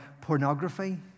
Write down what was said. pornography